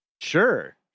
Sure